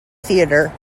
theater